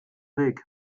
weg